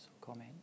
comment